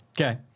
Okay